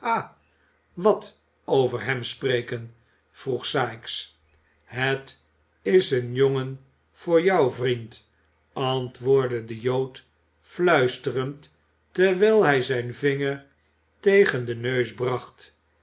wat over hem spreken vroeg sikes het is een jongen voor jou vriend antwoordde de jood fluisterend terwijl hij zijn vinger tegen den neus bracht